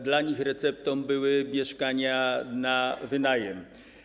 Dla nich receptą były mieszkania na wynajem.